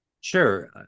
Sure